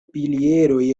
pilieroj